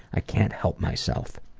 i can't help myself.